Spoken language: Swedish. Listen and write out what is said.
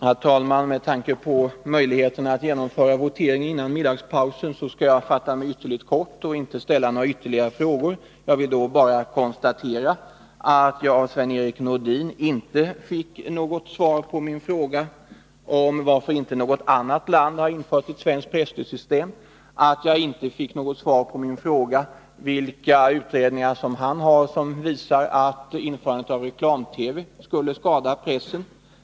Herr talman! Med tanke på möjligheterna att genomföra voteringen före middagspausen skall jag fatta mig mycket kort och inte ställa några ytterligare frågor. Jag vill då bara konstatera att jag av Sven-Erik Nordin inte fick något svar på min fråga om varför inte något annat land har infört ett presstödssystem av svensk typ och att jag inte heller fick något svar på min fråga om vilka utredningar han har som visar att införandet av reklam-TV skulle skada pressen.